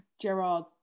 Gerard